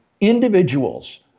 individuals